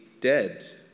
dead